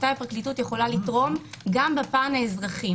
מתי הפרקליטות יכולה לתרום גם בפן האזרחי,